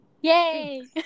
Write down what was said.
Yay